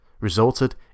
resulted